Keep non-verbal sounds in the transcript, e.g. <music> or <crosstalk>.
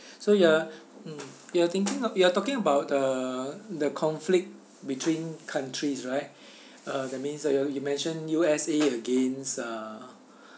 mm you are thinking of you are talking about uh the conflict between countries right <breath> uh that means you y~ you mention U_S_A against uh